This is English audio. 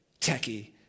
techie